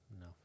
No